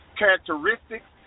characteristics